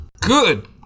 Good